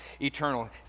eternal